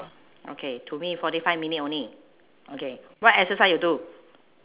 okay to me forty five minute only okay what exercise you do